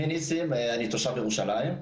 אני תושב ירושלים,